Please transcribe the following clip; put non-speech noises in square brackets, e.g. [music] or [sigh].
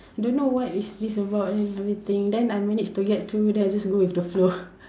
I don't know what is this about then everything then I managed to get through then I just go with the flow [laughs]